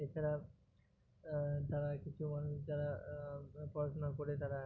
এ ছাড়া তারা কিছু মানুষ যারা পড়াশোনা করে তারা